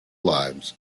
lives